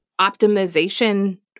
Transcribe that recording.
optimization